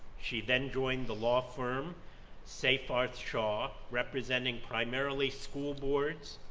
she then joined the law firm seyfarth shaw representing primarily school boards,